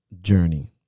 journey